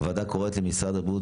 6. הוועדה קוראת למשרד הבריאות,